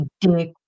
dick